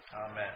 Amen